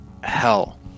hell